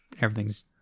everything's